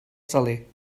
saler